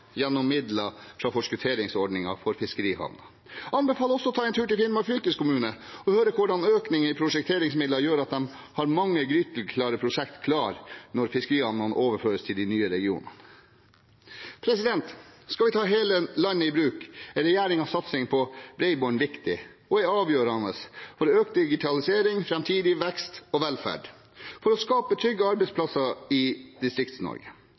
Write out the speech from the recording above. gjennom midler fra forskutteringsordningen for fiskerihavner. Jeg anbefaler også å ta en tur til Finnmark fylkeskommune og høre hvordan økningen i prosjekteringsmidler gjør at de har mange gryteklare prosjekter når fiskerihavnene overføres til de nye regionene. Skal vi ta hele landet i bruk, er regjeringens satsing på bredbånd viktig og avgjørende for økt digitalisering og framtidig vekst og velferd – for å skape og trygge arbeidsplasser i